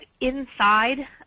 inside